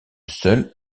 seule